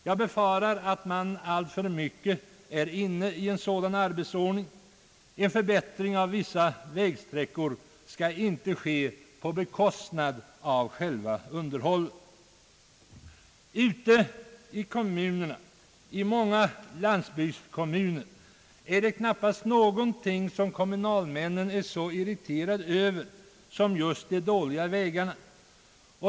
Jag befarar att man alltför mycket är inne i en sådan arbetsordning. En förbättring av vissa vägsträckor skall inte ske på bekostnad av själva underhållet. I många landsbygdskommuner är det knappast någonting som kommunalmännen är så irriterade över som just de dåliga vägarna.